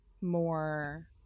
more